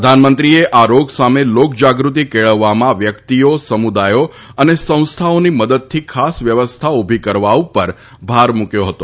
પ્રધાનમંત્રીએ આ રોગ સામે લોકજાગૃતિ કેળવવામાં વ્યક્તિઓ સમુદાયો તથા સંસ્થાઓની મદદથી ખાસ વ્યવસ્થા ઊભી કરવા ઉપર ભાર મૂક્યો હતો